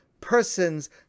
person's